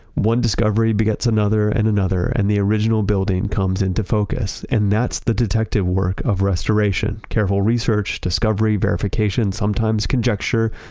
one discovery begets another and another and the original building comes into focus. and that's the detective work of restoration. careful research, discovery, verification, sometimes conjecture,